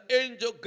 angel